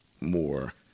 more